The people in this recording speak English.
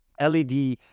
LED